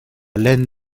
laine